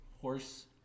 horse